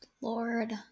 lord